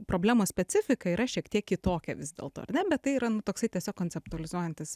problemos specifika yra šiek tiek kitokia vis dėlto ar ne bet tai yra nu toksai tiesiog konceptualizuojantis